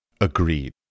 Agreed